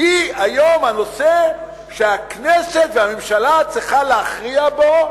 היא היום הנושא שהכנסת והממשלה צריכות להכריע בו,